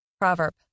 Proverb